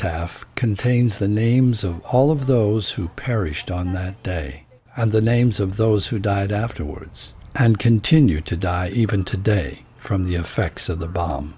taf contains the names of all of those who perished on that day and the names of those who died afterwards and continue to die even today from the effects of the bomb